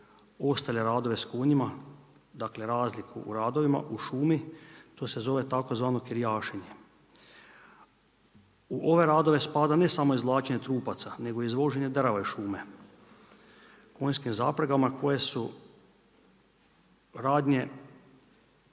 ostale radove sa konjima, dakle razliku u radovima u šumi, to se zove tzv. kirijašenje. U ove radove spada ne samo izvlačenje trupaca nego izvoženje drva iz šume konjskim zapregama koje se radnje